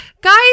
guys